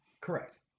Correct